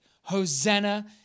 Hosanna